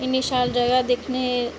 इन्नी शैल जगह दिक्खने गी